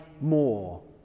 more